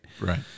Right